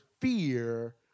fear